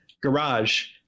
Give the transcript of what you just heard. garage